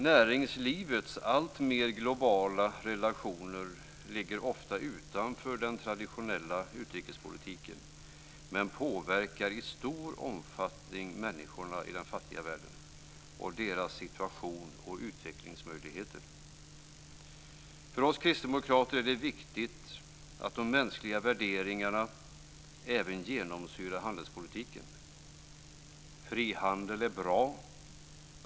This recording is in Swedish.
Näringslivets alltmer globala relationer ligger ofta utanför den traditionella utrikespolitiken, men påverkar i stor omfattning människorna i den fattiga världen och deras situation och utvecklingsmöjligheter. För oss kristdemokrater är det viktigt att de mänskliga värderingarna genomsyrar även handelspolitiken. Frihandel är bra.